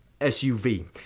SUV